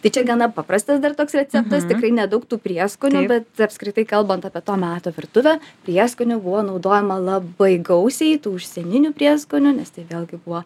tai čia gana paprastas dar toks receptas tikrai nedaug tų prieskonių bet apskritai kalbant apie to meto virtuvę prieskonių buvo naudojama labai gausiai tų užsieninių prieskonių nes tai vėlgi buvo